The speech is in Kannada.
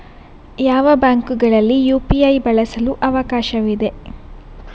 ಯಾವ ಬ್ಯಾಂಕುಗಳಲ್ಲಿ ಯು.ಪಿ.ಐ ಬಳಸಲು ಅವಕಾಶವಿದೆ?